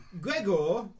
Gregor